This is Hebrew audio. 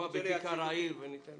שלכם